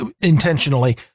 Intentionally